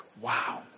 wow